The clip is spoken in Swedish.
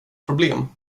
problem